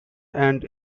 and